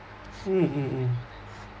mm mm mm